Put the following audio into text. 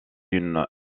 une